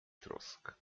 trosk